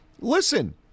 listen